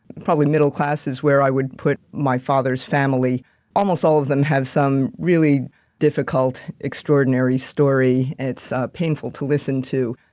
probably middle classes where i would put my father's family almost all of them have some really difficult, extraordinary story. it's ah painful to listen to.